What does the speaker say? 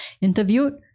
interviewed